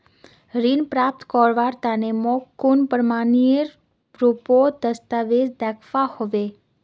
ऋण प्राप्त करवार तने मोक कुन प्रमाणएर रुपोत दस्तावेज दिखवा होबे?